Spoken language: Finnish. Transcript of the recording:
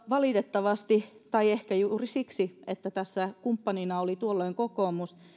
valitettavasti tai ehkä juuri siksi että tässä kumppanina oli tuolloin kokoomus